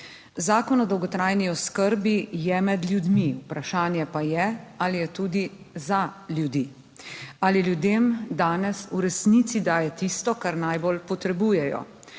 Zakon o dolgotrajni oskrbi je med ljudmi, vprašanje pa je, ali je tudi za ljudi? Ali ljudem danes v resnici daje tisto, kar najbolj potrebujejo?